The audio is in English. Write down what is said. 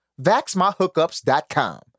VaxMyHookups.com